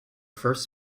first